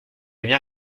bien